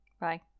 Bye